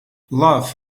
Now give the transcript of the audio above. love